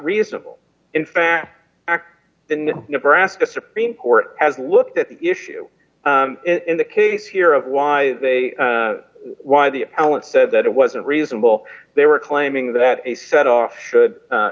reasonable in fact never asked the supreme court has looked at the issue in the case here of why they why the appellant said that it wasn't reasonable they were claiming that a set off should a